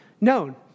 known